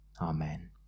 Amen